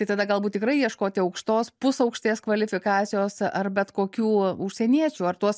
tai tada galbūt tikrai ieškoti aukštos pusaukštės kvalifikacijos ar bet kokių užsieniečių ar tuos